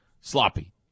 sloppy